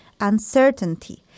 uncertainty